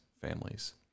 families